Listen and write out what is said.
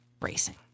racing